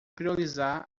priorizar